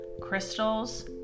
crystals